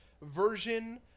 version